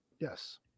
Yes